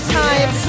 time